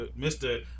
Mr